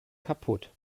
kaputt